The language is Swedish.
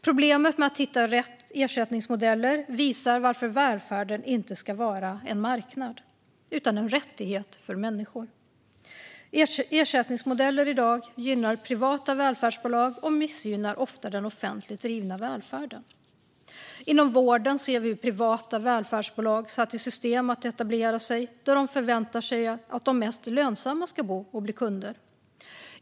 Problemet med att hitta rätt ersättningsmodeller visar varför välfärden inte ska vara en marknad utan en rättighet för människor. Dagens ersättningsmodeller gynnar privata välfärdsbolag och missgynnar ofta den offentligt drivna välfärden. Inom vården ser vi hur privata välfärdsbolag satt i system att etablera sig där de förväntar sig att de mest lönsamma ska bo och bli kunder.